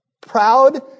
proud